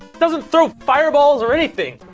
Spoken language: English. doesn't throw fireballs or anything.